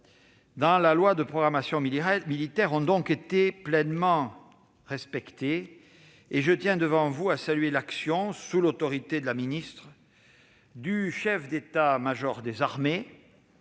par la loi de programmation militaire ont donc été pleinement respectés. Je tiens devant vous à saluer l'action, sous l'autorité de la ministre, du chef d'état-major des armées,